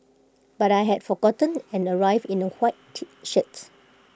but I had forgotten and arrived in A white T shirts